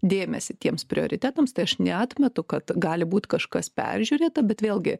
dėmesį tiems prioritetams tai aš neatmetu kad gali būt kažkas peržiūrėta bet vėlgi